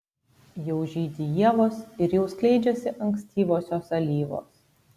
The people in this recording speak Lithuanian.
jau žydi ievos ir jau skleidžiasi ankstyvosios alyvos